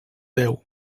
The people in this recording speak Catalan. deu